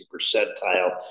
percentile